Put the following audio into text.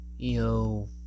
Yo